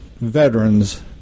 veterans